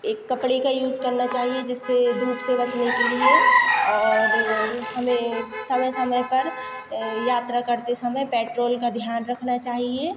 एक कपड़े का यूज़ करना चाहिए जिससे धूप से बचने के लिए और हमें समय समय पर यात्रा करते समय पेट्रोल का ध्यान रखना चाहिए